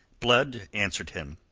blood answered him.